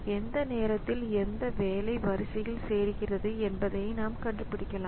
எந்த நேரத்தில் எந்த வேலை வரிசையில் சேர்கிறது என்பதை நாம் கண்டுபிடிக்கலாம்